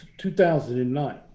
2009